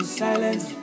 silence